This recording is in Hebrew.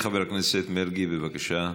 חבר הכנסת מרגי, בבקשה.